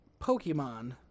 Pokemon